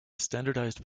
standardised